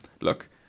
Look